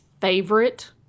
favorite